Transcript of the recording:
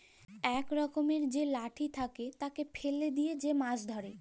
ইক রকমের যে লাঠি থাকে, তাকে ফেলে যে মাছ ধ্যরে